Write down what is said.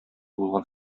булган